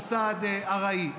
מוסד ארעי,